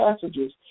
passages